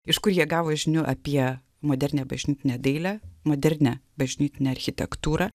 iš kur jie gavo žinių apie modernią bažnytinę dailę modernią bažnytinę architektūrą